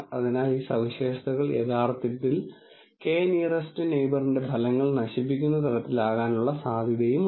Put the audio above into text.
അതിനാൽ ഈ സവിശേഷതകൾ യഥാർത്ഥത്തിൽ K നിയറെസ്റ് നെയിബറിന്റെ ഫലങ്ങൾ നശിപ്പിക്കുന്ന തരത്തിലാകാനുള്ള സാധ്യതയുണ്ട്